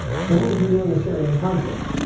so what would you do in the syrian conflict?